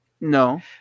No